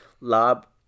lab